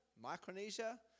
Micronesia